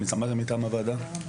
מה זה מטעם הוועדה?